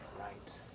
right